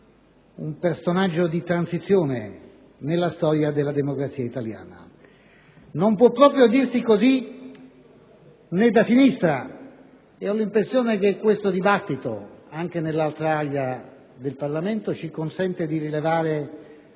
un personaggio di transizione nella storia della democrazia italiana. Non può proprio dirsi così da sinistra e ho l'impressione che il dibattito anche nell'altra Aula del Parlamento ci consenta di rilevare